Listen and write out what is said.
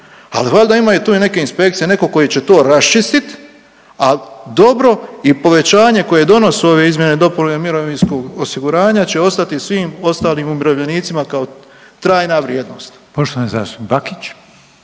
al valjda ima i tu i neke inspekcije, neko koji će to raščistit, al dobro i povećanje koje donose ove izmjene i dopune mirovinskog osiguranja će ostati svim ostalim umirovljenicima kao trajna vrijednost.